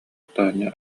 таня